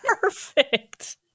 perfect